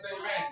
Amen